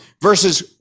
versus